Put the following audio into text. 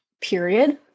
period